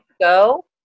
go